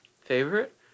Favorite